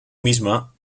misma